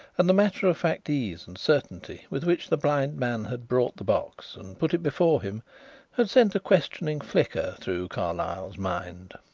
and the matter-of-fact ease and certainty with which the blind man had brought the box and put it before him had sent a questioning flicker through carlyle's mind.